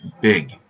big